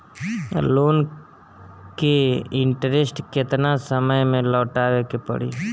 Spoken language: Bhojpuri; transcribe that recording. लोन के इंटरेस्ट केतना समय में लौटावे के पड़ी?